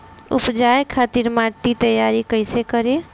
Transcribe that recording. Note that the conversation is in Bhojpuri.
उपजाये खातिर माटी तैयारी कइसे करी?